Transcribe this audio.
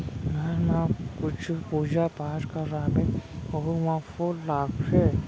घर म कुछु पूजा पाठ करवाबे ओहू म फूल लागथे